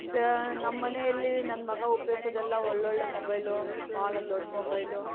ನಮ್ಮ ಮನೆಯಲ್ಲಿ ನನ್ನ ಮಗ ಉಪಯೋಗಿಸೋದೆಲ್ಲ ಒಳ್ಳೊಳ್ಳೇ ಮೊಬೈಲು ಭಾಳ ದೊಡ್ಡ ಮೊಬೈಲು